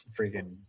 freaking